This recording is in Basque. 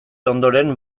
ondoren